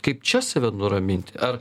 kaip čia save nuraminti ar